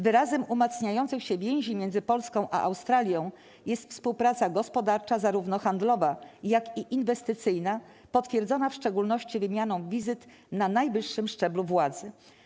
Wyrazem umacniających się więzi między Polską a Australią jest współpraca gospodarcza, zarówno handlowa, jak i inwestycyjna, potwierdzona w szczególności wymianą wizyt na najwyższym szczeblu władzy.